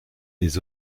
les